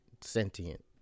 sentient